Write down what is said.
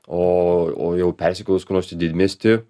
o o jau persikėlus kur nors į didmiestį